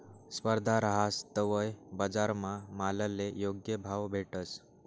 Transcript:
स्पर्धा रहास तवय बजारमा मालले योग्य भाव भेटस